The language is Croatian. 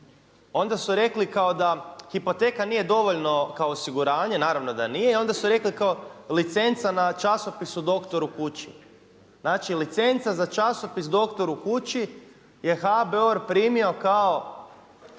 Onda su rekli da hipoteka nije dovoljno kao osiguranje, naravno da nije, i onda su rekli kao licenca na časopis Doktor u kući. Znači licenca za časopis Doktor u kući je HBOR primio kao